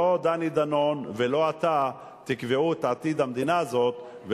לא דני דנון ולא אתה תקבעו את עתיד המדינה הזאת,